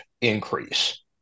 increase